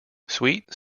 sweet